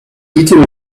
eating